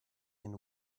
into